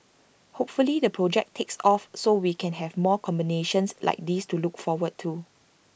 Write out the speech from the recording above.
hopefully the project takes off so we can have more combinations like this to look forward to